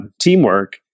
teamwork